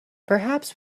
perhaps